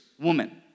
woman